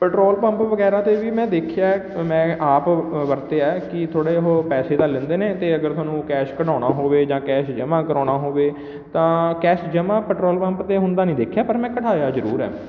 petrol pump ਵਗੈਰਾ 'ਤੇ ਵੀ ਮੈਂ ਦੇਖਿਆ ਮੈਂ ਆਪ ਵਰਤਿਆ ਕਿ ਥੋੜ੍ਹੇ ਉਹ ਪੈਸੇ ਤਾਂ ਲੈਂਦੇ ਨੇ ਅਤੇ ਅਗਰ ਤੁਹਾਨੂੰ ਕੈਸ਼ ਕਢਾਉਣਾ ਹੋਵੇ ਜਾਂ ਕੈਸ਼ ਜਮ੍ਹਾ ਕਰਾਉਣਾ ਹੋਵੇ ਤਾਂ ਕੈਸ਼ ਜਮ੍ਹਾ ਪੈਟਰੋਲ ਪੰਪ 'ਤੇ ਹੁੰਦਾ ਨਹੀਂ ਦੇਖਿਆ ਪਰ ਮੈਂ ਕਢਾਇਆ ਜ਼ਰੂਰ ਹੈ